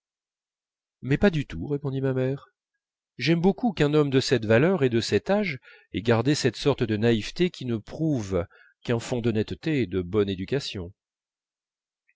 mais pas du tout répondit ma mère j'aime beaucoup qu'un homme de cette valeur et de cet âge ait gardé cette sorte de naïveté qui ne prouve qu'un fond d'honnêteté et de bonne éducation